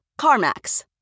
CarMax